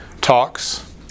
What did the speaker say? talks